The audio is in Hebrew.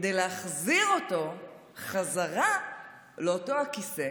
כדי להחזיר אותו חזרה לאותו הכיסא